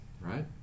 right